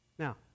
Now